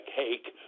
cake